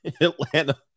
Atlanta